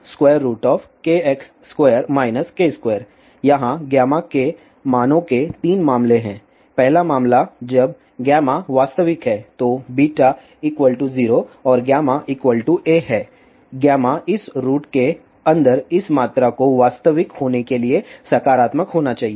यहाँ के मानों के 3 मामले हैं पहला मामला जब वास्तविक है तो β0 और γ α है इस रूट के अंदर इस मात्रा को वास्तविक होने के लिए सकारात्मक होना चाहिए